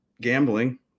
gambling